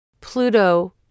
Pluto